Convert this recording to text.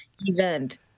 event